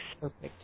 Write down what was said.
perfect